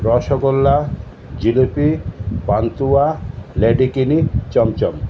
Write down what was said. rasgulla jilipi pantua ledikeni chamcham